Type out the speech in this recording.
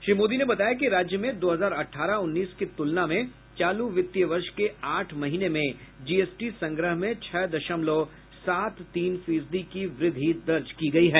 श्री मोदी ने बताया कि राज्य में दो हजार अठारह उन्नीस की तुलना में चालू वित्तीय वर्ष के आठ महीने में जीएसटी संग्रह में छह दशमलव सात तीन फीसदी की वृद्धि दर्ज की गई है